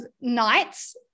nights